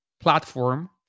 platform